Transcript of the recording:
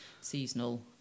seasonal